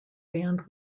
band